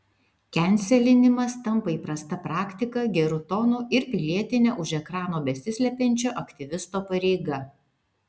kenselinimas tampa įprasta praktika geru tonu ir pilietine už ekrano besislepiančio aktyvisto pareiga